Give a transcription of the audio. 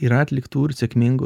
yra atliktų ir sėkmingų